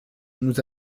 nous